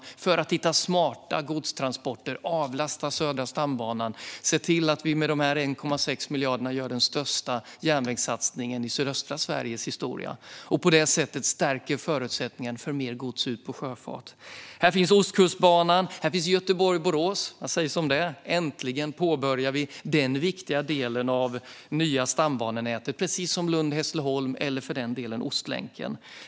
Det handlar om att hitta smarta godstransporter, avlasta Södra stambanan och se till att vi med dessa 1,6 miljarder gör den största järnvägssatsningen i sydöstra Sveriges historia - och på det sättet stärker förutsättningen för mer gods ut på sjöfart. Här finns Ostkustbanan, och här finns Göteborg-Borås. Vad sägs om det? Äntligen påbörjar vi den viktiga delen av det nya stambanenätet, precis som Lund-Hässleholm eller för den delen Ostlänken.